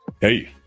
Hey